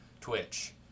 Twitch